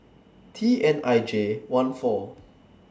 T N I J one four